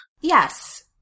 Yes